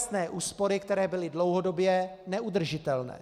Dočasné úspory, které byly dlouhodobě neudržitelné.